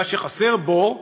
מה שחסר בו,